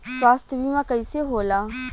स्वास्थ्य बीमा कईसे होला?